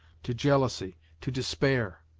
to jealousy, to despair!